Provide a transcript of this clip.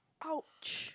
!ouch!